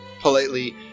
politely